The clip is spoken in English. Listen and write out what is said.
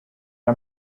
are